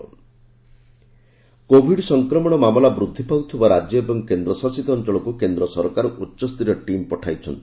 ଉଚ୍ଚସ୍ତରୀୟ team Covid ସଫକ୍ରମଣ ମାମଲା ବୃଦ୍ଧି ପାଉଥିବା ରାଜ୍ୟ ଏବଂ କେନ୍ଦ୍ରଶାସିତ ଅଞ୍ଚଳକୁ କେନ୍ଦ୍ର ସରକାର ଉଚ୍ଚସ୍ତରୀୟ ଟିମ୍ ପଠାଇଛନ୍ତି